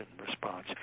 response